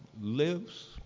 lives